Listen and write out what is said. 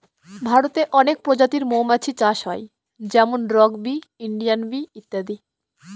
ভারতে অনেক প্রজাতির মৌমাছি চাষ হয় যেমন রক বি, ইন্ডিয়ান বি ইত্যাদি